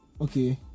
okay